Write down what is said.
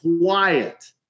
quiet